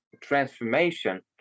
transformation